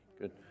good